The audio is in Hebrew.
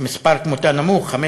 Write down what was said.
תמותה נמוכה,